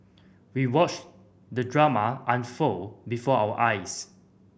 we watched the drama unfold before our eyes